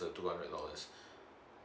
two hundred allowance